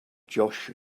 josh